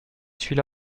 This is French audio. suis